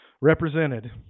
represented